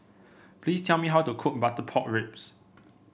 please tell me how to cook Butter Pork Ribs